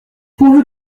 pourvu